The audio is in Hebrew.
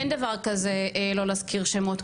אין דבר כזה לא להזכיר שמות,